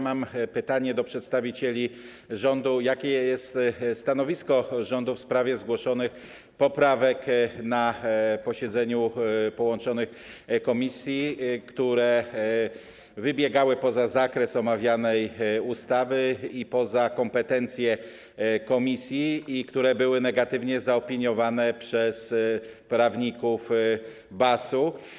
Mam pytanie do przedstawicieli rządu: Jakie jest stanowisko rządu w sprawie zgłoszonych na posiedzeniu połączonych komisji poprawek, które wybiegały poza zakres omawianej ustawy i poza kompetencje komisji i które były negatywnie zaopiniowane przez prawników BAS-u?